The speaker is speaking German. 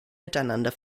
miteinander